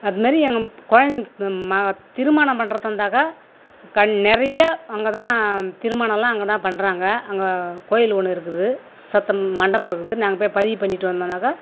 அதுமாதிரி எங்கள் குழந்தைங்களுக் ம திருமணம் பண்ணுறக்கு இருந்தாக்கா கண் நிறைய அங்கே தான் திருமணம் எல்லாம் அங்கே தான் பண்ணுறாங்க அங்கே கோயில் ஒன்று இருக்குது சத்திரம் மண்டபம் இருக்குது நாங்க போய் பதிவு பண்ணிவிட்டு வந்தோன்னாக்கா